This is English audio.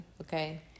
okay